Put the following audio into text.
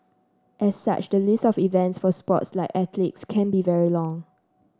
as such the list of events for sports like athletics can be very long